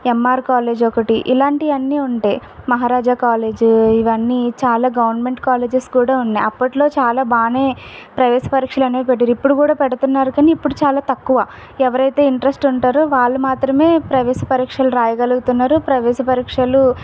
MR college ఒకటి ఇలాంటివన్నీ ఉంటాయి మహారాజ కాలేజ్ ఇవన్నీ చాలా గవర్నమెంట్ కాలేజెస్ కూడా ఉన్నాయి అప్పట్లో చాలా బాగానే ప్రవేశ పరీక్షలు అనేవి పెట్టేవారు ఇప్పుడు కూడా పెడుతున్నారు కానీ ఇప్పుడు చాలా తక్కువ ఎవరైతే ఇంట్రెస్ట్ ఉంటారో వాళ్ళు మాత్రమే ప్రవేశ పరీక్షలు రాయగలుగుతున్నారు ప్రవేశ పరీక్షలు